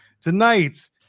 Tonight